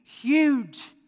huge